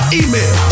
email